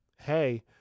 hey